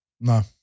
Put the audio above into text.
No